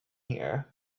here